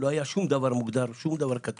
לא היה שום דבר מוגדר או כתוב.